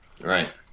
right